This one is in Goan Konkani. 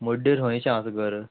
मुड्डेर खंयशें आसा गर